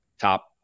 top